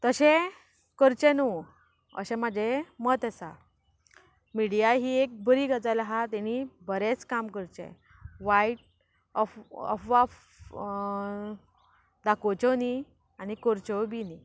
तशें करचें न्हू अशें म्हजें मत आसा मिडिया ही एक बरी गजाल आसा तेणी बरेंच काम करचें वायट अफ अफवा दाखोवच्यो न्ही आनी करच्योय बी न्ही